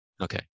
Okay